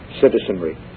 citizenry